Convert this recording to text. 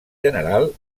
general